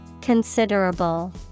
considerable